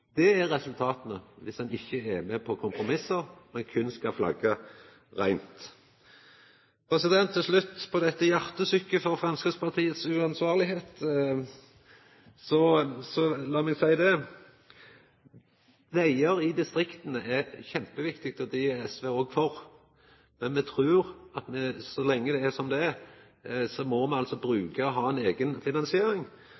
Det er resultatet om ein ikkje er med på kompromiss, men berre skal flagga reint. Til slutt til dette hjartesukket frå Framstegspartiet om uansvarlegheit, så lat meg seia: Vegar i distrikta er kjempeviktige, og dei er SV òg for, men me trur at så lenge det er som det er, må me